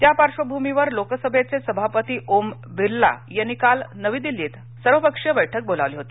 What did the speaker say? त्या पार्श्वभूमीवर लोकसभेचे सभापती ओम बिर्ला यांनी काल नवी दिल्लीत सर्वपक्षीय बर्क्क बोलावली होती